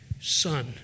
son